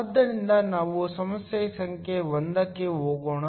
ಆದ್ದರಿಂದ ನಾವು ಸಮಸ್ಯೆ ಸಂಖ್ಯೆ 1 ಕ್ಕೆ ಹೋಗೋಣ